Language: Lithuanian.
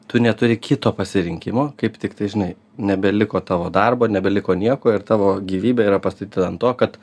tu neturi kito pasirinkimo kaip tiktai žinai nebeliko tavo darbo nebeliko nieko ir tavo gyvybė yra pastatyta ant to kad